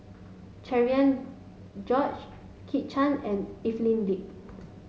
Cherian George Kit Chan and Evelyn Lip